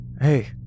Hey